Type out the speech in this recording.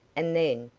and then,